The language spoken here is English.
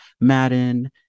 Madden